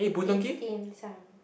eat dim sum